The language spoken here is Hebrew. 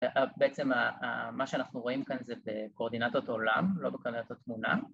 ‫בעצם מה שאנחנו רואים כאן ‫זה בקורדינטות עולם, לא בקורדינטות תמונה.